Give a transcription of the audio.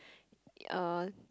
uh